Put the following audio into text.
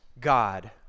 God